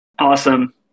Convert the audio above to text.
Awesome